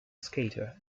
skater